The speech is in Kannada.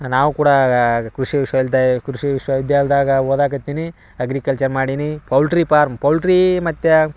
ನಾವು ಕೂಡ ಕೃಷಿ ವಿಶ್ವ ವಿದ್ಯಾ ಕೃಷಿ ವಿಶ್ವ ವಿದ್ಯಾಲ್ದಾಗ ಓದಾಕೆ ಹತ್ತೀನಿ ಅಗ್ರಿಕಲ್ಚರ್ ಮಾಡೀನಿ ಪೌಲ್ಟ್ರಿ ಪಾರ್ಮ್ ಪೌಲ್ಟ್ರಿ ಮತ್ತು